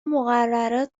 مقررات